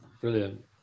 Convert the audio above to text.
brilliant